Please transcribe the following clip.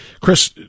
Chris